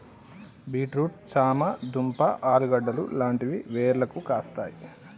beet root చామ దుంప ఆలుగడ్డలు లాంటివి వేర్లకు కాస్తాయి